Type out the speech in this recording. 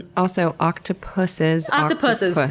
also, octopuses, octopuses! ah